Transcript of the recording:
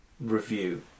review